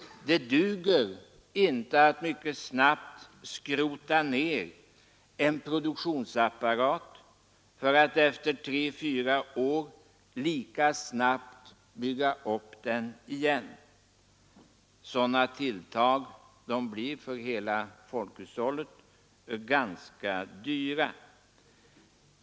Det duger inte att mycket snabbt skrota ned en produktionsapparat för att efter tre fyra år lika snabbt bygga upp den igen. Sådana tilltag blir för hela folkhushållet ganska dyra.